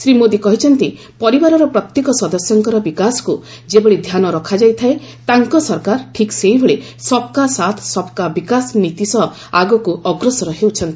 ଶ୍ରୀ ମୋଦି କହିଛନ୍ତି ପରିବାରର ପ୍ରତ୍ୟେକ ସଦସ୍ୟଙ୍କର ବିକାଶକୁ ଯେଭଳି ଧ୍ୟାନ ରଖାଯାଇଥାଏ ତାଙ୍କ ସରକାର ଠିକ୍ ସେହିଭଳି ସବ୍କା ସାଥ୍ ସବ୍କା ବିକାଶ ନୀତି ସହ ଆଗକୁ ଅଗ୍ରସର ହେଉଛନ୍ତି